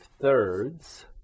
thirds